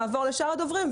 נעבור לשאר הדוברים,